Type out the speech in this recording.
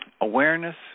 Awareness